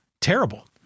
terrible